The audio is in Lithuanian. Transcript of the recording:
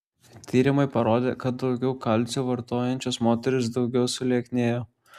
tyrimai parodė kad daugiau kalcio vartojančios moterys daugiau sulieknėjo